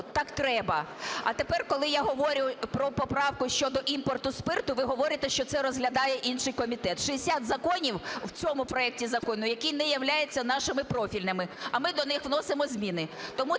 так треба. А тепер, коли я говорю про поправку щодо імпорту спирту, ви говорите, що це розглядає інший комітет. 60 законів в цьому проекті закону, які не являються нашими профільними, а ми до них вносимо зміни. Тому